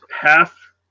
half